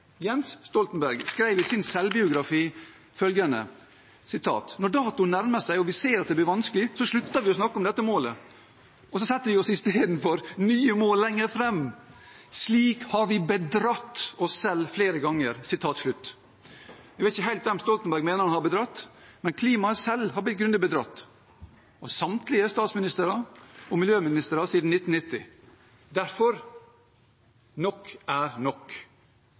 Jens Stoltenberg, skrev i sin selvbiografi følgende: «Når datoen nærmer seg og vi ser at det blir vanskelig, slutter vi å snakke om dette målet, og setter i stedet nye mål enda lenger fram. Slik har vi bedratt oss selv flere ganger.» Jeg vet ikke helt hvem Stoltenberg mener at han har bedratt, men klimaet selv har blitt grundig bedratt av samtlige statsministre og miljøministre siden 1990. Derfor: Nok er nok